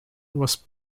was